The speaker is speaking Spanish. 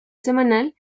semanal